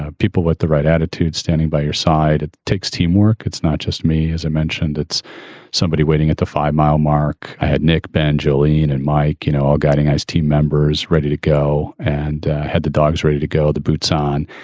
ah people with the right attitude standing by your side. it takes teamwork. it's not just me, as i mentioned, it's somebody waiting at the five mile mark. i had nick banjoist. and and mike, you know, our guiding ice team members ready to go and head the dogs ready to go. the boots on